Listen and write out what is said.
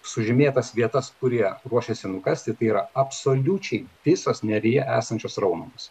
sužymėtas vietas kur jie ruošiasi nukasti tai yra absoliučiai visos neryje esančios sraunumos